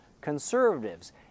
conservatives